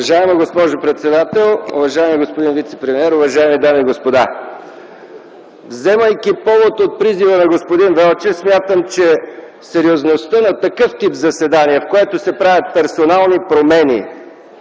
Уважаема госпожо председател, уважаеми господин вицепремиер, уважаеми дами и господа! Вземайки повод от призива на господин Велчев, смятам, че сериозността на такъв тип заседание, в което се правят персонални промени